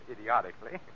idiotically